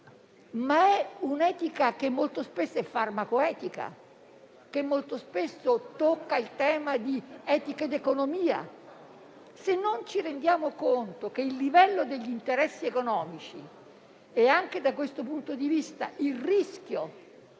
ma è un'etica che molto spesso è farmaco-etica e che molto spesso tocca il tema del rapporto tra etica ed economia. Se non ci rendiamo conto del livello degli interessi economici, anche da questo punto di vista c'è il rischio